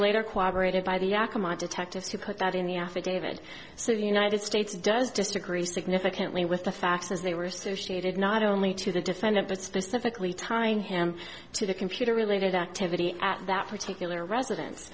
later cooperated by the akamai detectives to put that in the affidavit so the united states does disagree significantly with the facts as they were so she added not only to the defendant but specifically time him to the computer related activity at that particular residence